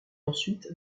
ensuite